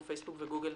כמו פייסבוק וגוגל,